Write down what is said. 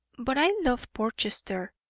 but i love portchester.